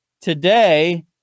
Today